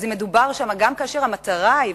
אז אם מדובר שם גם כאשר המטרה היא,